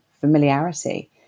familiarity